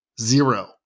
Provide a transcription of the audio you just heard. zero